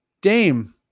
dame